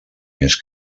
més